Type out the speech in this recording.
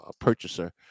purchaser